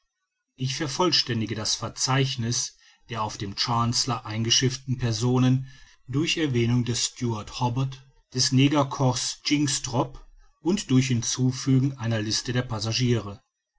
ich vervollständige das verzeichniß der auf dem chancellor eingeschifften personen durch erwähnung des steward hobbart des negerkochs jynxtrop und durch hinzufügung einer liste der passagiere